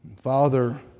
Father